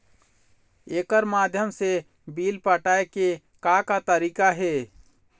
एकर माध्यम से बिल पटाए के का का तरीका हे?